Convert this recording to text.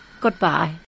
goodbye